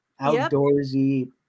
outdoorsy